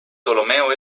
ptolomeo